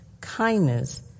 kindness